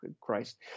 Christ